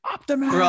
Optimus